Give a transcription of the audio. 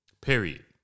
Period